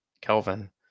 Kelvin